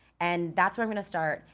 and that's where i'm gonna start.